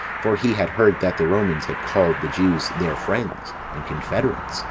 for he had heard that the romans had called the jews their friends, and confederates,